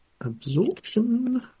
absorption